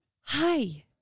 hi